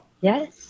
Yes